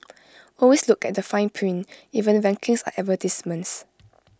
always look at the fine print even rankings are advertisements